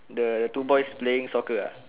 the two boys playing soccer uh